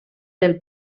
del